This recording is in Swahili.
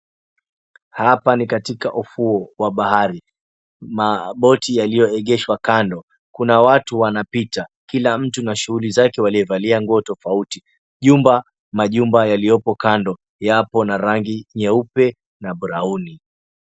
Hapa ni katika ufuo wa bahari. Maboti yalioegeshwa kando, kuna watu wanapita, kila mtu na shughui zake waliovalia nguo tofauti, jumba, majumba yaliopo kando yapo na rangi nyeupe na brauni.